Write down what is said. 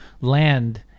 land